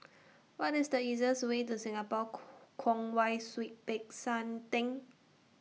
What IS The easiest Way to Singapore Kwong Wai Siew Peck San Theng